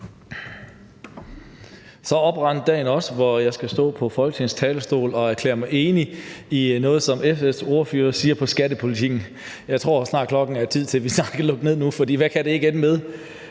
Så oprandt dagen også, hvor jeg skal stå på Folketingets talerstol og erklære mig enig i noget, som SF's ordfører siger om skattepolitikken. Jeg tror snart, klokken er tid til, at vi kan lukke ned, for hvad kan det ikke ende med?